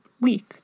week